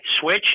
switch